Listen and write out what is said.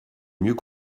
mieux